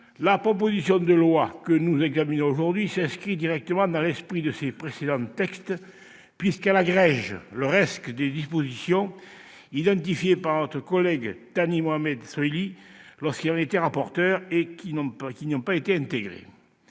La proposition de loi que nous examinons aujourd'hui s'inscrit directement dans l'esprit de ces précédents textes, puisqu'elle agrège le reste des mesures identifiées par notre collègue Thani Mohamed Soilihi lorsqu'il en était rapporteur qui n'y avaient pas été intégrées.